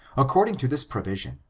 according to this provision,